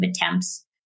attempts